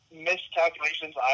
miscalculations